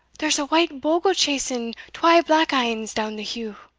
there's a white bogle chasing twa black anes down the heugh.